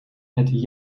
het